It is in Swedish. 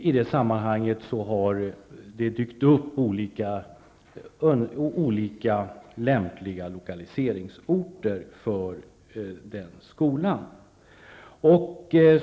I det sammanhanget har det dykt upp förslag om olika lämpliga lokaliseringsorter för skolan.